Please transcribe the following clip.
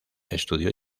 estudió